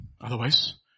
Otherwise